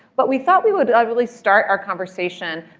but we thought we would really start our conversation